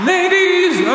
Ladies